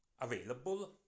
available